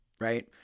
right